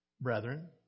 Brethren